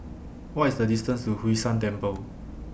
What IS The distance to Hwee San Temple